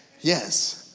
yes